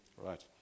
right